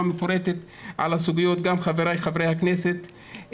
מפורטת על הסוגיות וגם חבריי חברי הכנסת,